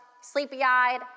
sleepy-eyed